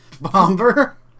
Bomber